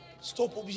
Stop